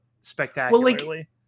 spectacularly